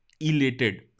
elated